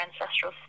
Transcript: ancestral